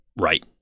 right